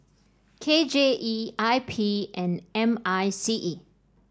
K J E I P and M I C E